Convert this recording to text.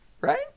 right